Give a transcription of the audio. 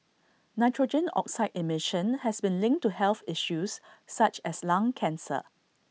nitrogen oxide emission has been linked to health issues such as lung cancer